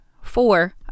four